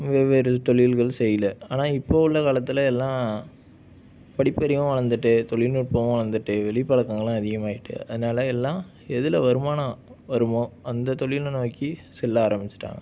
வெவ்வேறு தொழில்கள் செய்யலை ஆனால் இப்போது உள்ள காலத்தில் எல்லாம் படிப்பறிவும் வளர்ந்துட்டு தொழில்நுட்பமும் வளர்ந்துட்டு வெளிப்பழக்கங்களும் அதிகமாக ஆகிட்டு அதனால எல்லாம் எதில் வருமானம் வருமோ அந்த தொழிலை நோக்கி செல்ல ஆரம்பிச்சிட்டாங்க